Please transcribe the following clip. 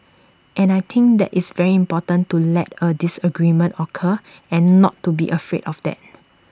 and I think that it's very important to let A disagreement occur and not to be afraid of that